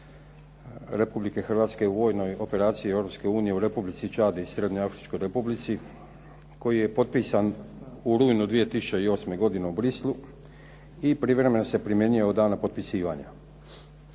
Republike Hrvatske u vojnoj operaciji Europske unije u Republici Čad i Srednjoafričkoj Republici koji je potpisan u rujnu 2008. godine u Bruxellesu i privremeno se primjenjuje od dana potpisivanja.